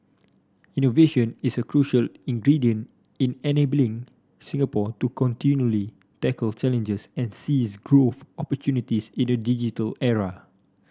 innovation is a crucial ingredient in enabling Singapore to continually tackle challenges and seize growth opportunities in a digital era